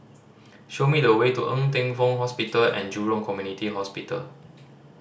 show me the way to Ng Teng Fong Hospital And Jurong Community Hospital